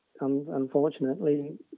unfortunately